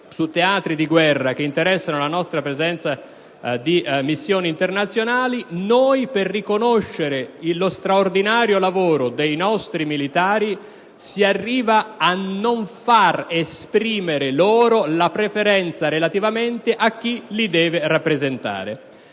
su teatri di guerra che vedono la nostra presenza in missioni internazionali, noi, per riconoscere lo straordinario lavoro dei nostri militari, arriviamo a non far esprimere loro la preferenza relativamente a chi li deve rappresentare.